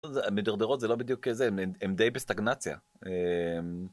מדרדרות זה לא בדיוק זה, הם די בסטגנציה.